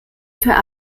für